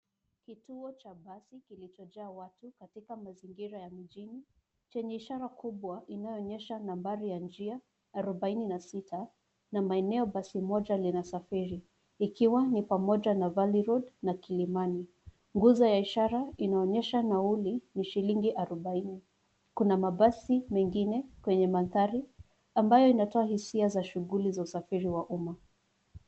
Kituo cha basi kilichojaa watu katika mazingira ya mjini, chenye ishara kubwa inayoonyesha nambari ya njia arubaini na sita na maeneo basi moja linasafiri ikiwa ni pamoja na valley road na kilimani. Nguzo ya ishara inaonyesha nauli ni shilingi arubaini. Kuna mabasi mengine kwenye mandhari ambayo inatoa hisia za shughuli za usafiri wa umma.